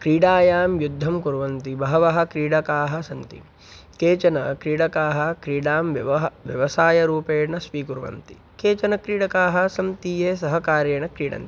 क्रीडायां युद्धं कुर्वन्ति बहवः क्रीडकाः सन्ति केचन क्रीडकाः क्रीडां व्यवहारं व्यवसायरूपेण स्वीकुर्वन्ति केचन क्रीडकाः सन्ति ये सहकारेण क्रीडन्ति